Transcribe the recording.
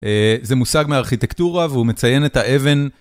זה מושג מארכיטקטורה, והוא מציין את האבן